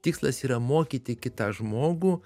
tikslas yra mokyti kitą žmogų